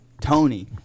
Tony